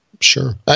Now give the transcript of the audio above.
Sure